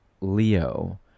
Leo